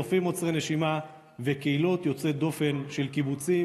נופים עוצרי נשימה וקהילות יוצאות דופן של קיבוצים,